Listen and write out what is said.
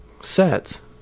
sets